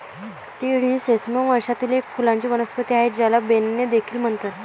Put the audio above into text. तीळ ही सेसमम वंशातील एक फुलांची वनस्पती आहे, ज्याला बेन्ने देखील म्हणतात